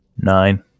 nine